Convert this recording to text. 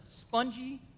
spongy